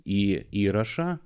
į įrašą